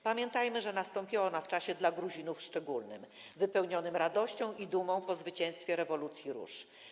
Pamiętajmy, że nastąpiła ona w czasie dla Gruzinów szczególnym, wypełnionym radością i dumą po zwycięstwie rewolucji róż.